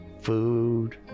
food